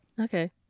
Okay